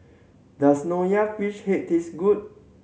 does fish head taste good